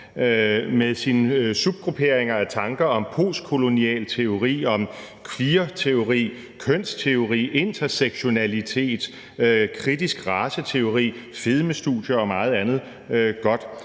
med sine subgrupperinger af tanker om postkolonial teori, queerteori, kønsteori, intersektionalitet, kritisk raceteori, fedmestudier og meget andet godt